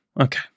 Okay